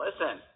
listen